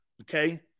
okay